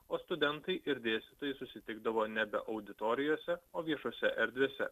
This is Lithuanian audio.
o studentai ir dėstytojai susitikdavo nebe auditorijose o viešose erdvėse